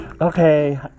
Okay